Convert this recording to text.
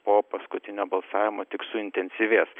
po paskutinio balsavimo tik suintensyvės